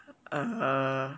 uh